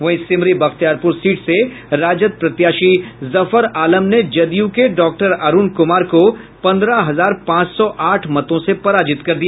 वहीं सिमरी बख्तियारपुर सीट से राजद प्रत्याशी जफर आलम ने जदयू के डॉक्टर अरूण कुमार को पंद्रह हजार पांच सौ आठ मतों से पराजित कर दिया